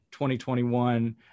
2021